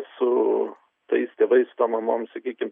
su tais tėvais tom mamom sakykim